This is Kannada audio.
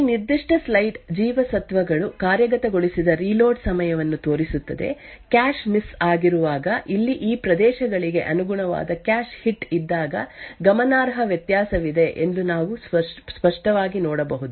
ಈ ನಿರ್ದಿಷ್ಟ ಸ್ಲೈಡ್ ಜೀವಸತ್ವಗಳು ಕಾರ್ಯಗತಗೊಳಿಸಿದ ರೀಲೋಡ್ ಸಮಯವನ್ನು ತೋರಿಸುತ್ತದೆ ಕ್ಯಾಶ್ ಮಿಸ್ ಆಗಿರುವಾಗ ಇಲ್ಲಿ ಈ ಪ್ರದೇಶಗಳಿಗೆ ಅನುಗುಣವಾದ ಕ್ಯಾಶ್ ಹಿಟ್ ಇದ್ದಾಗ ಗಮನಾರ್ಹ ವ್ಯತ್ಯಾಸವಿದೆ ಎಂದು ನಾವು ಸ್ಪಷ್ಟವಾಗಿ ನೋಡಬಹುದು